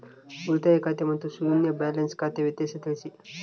ಉಳಿತಾಯ ಖಾತೆ ಮತ್ತೆ ಶೂನ್ಯ ಬ್ಯಾಲೆನ್ಸ್ ಖಾತೆ ವ್ಯತ್ಯಾಸ ತಿಳಿಸಿ?